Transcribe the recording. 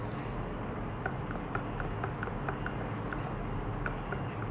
then kau buat apa since uh H_B_L